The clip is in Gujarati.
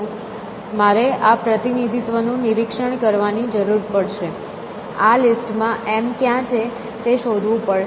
મારે આ પ્રતિનિધિત્વનું નિરીક્ષણ કરવાની જરૂર પડશે આ લિસ્ટ માં M ક્યાં છે તે શોધવું પડશે